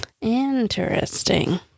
Interesting